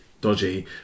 dodgy